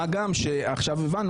מה גם שהבנו עכשיו,